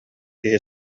киһи